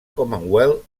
commonwealth